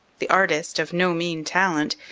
the artist, of no mean talent,